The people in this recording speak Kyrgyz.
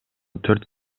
төрт